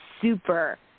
super